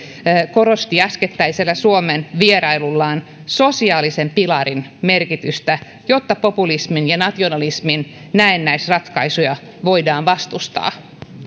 korosti äskettäisellä suomen vierailullaan sosiaalisen pilarin merkitystä jotta populismin ja nationalismin näennäisratkaisuja voidaan vastustaa